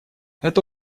это